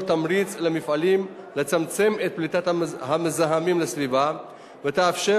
תמריץ למפעלים לצמצם את פליטת המזהמים לסביבה ותאפשר